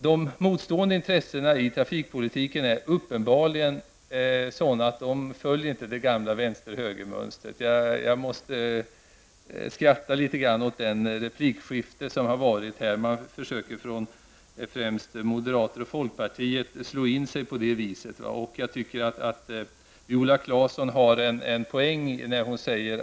De motstående intressena i trafikpolitiken följer uppenbarligen inte det gamla vänster--högermönstret. Jag vill nästan skratta när jag tänker på det replikskifte som varit. Det är främst moderaterna och folkpartiet som på detta vis så att säga försöker slå in sig här. Jag tycker att Viola Claessons uttalande har en poäng.